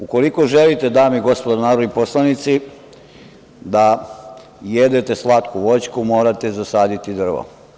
Ukoliko želite, dame i gospodo narodni poslanici, da jedete slatku voćku, morate zasaditi drvo.